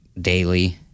daily